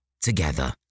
together